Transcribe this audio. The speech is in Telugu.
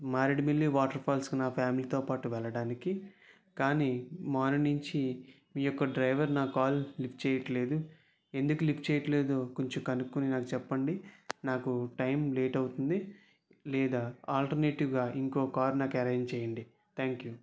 మారేడి మిల్లి వాటర్ఫాల్స్కి నా ఫ్యామిలీతో పాటు వెళ్ళడానికి కానీ మార్నింగ్ నుంచి మీ యొక్క డ్రైవర్ నా కాల్ లిఫ్ట్ చేయడం లేదు ఎందుకు లిఫ్ట్ చేయడం లేదు కొంచెం కనుక్కొని నాకు చెప్పండి నాకు టైం లేట్ అవుతుంది లేదా ఆల్టర్నేటివ్గా ఇంకో కార్ నాకు అరెంజ్ చేయండి థాంక్యూ